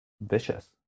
vicious